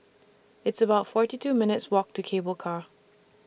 It's about forty two minutes' Walk to Cable Car